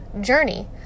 journey